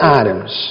items